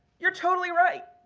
you're totally right.